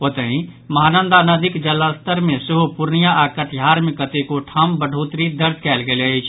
ओतहि महानंदा नदीक जलस्तर मे सेहो पूर्णिया आओर कटिहार मे कतेको ठाम बढ़ोतरी दर्ज कयल गेल अछि